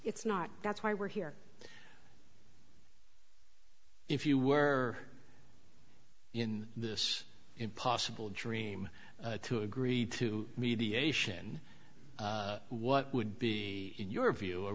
it's not that's why we're here if you were in this impossible dream to agree to mediation what would be in your view a